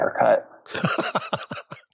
haircut